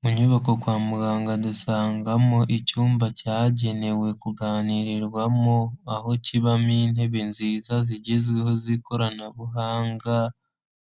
Mu nyubako kwa muganga dusangamo icyumba cyagenewe kuganirirwamo, aho kibamo intebe nziza zigezweho z'ikoranabuhanga,